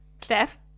Steph